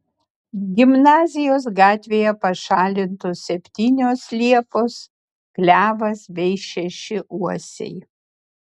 gimnazijos gatvėje pašalintos septynios liepos klevas bei šeši uosiai